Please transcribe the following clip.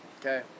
Okay